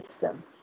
system